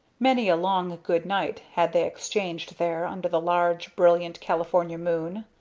many a long good-night had they exchanged there, under the large, brilliant california moon.